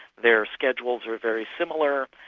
their schedules are very similar,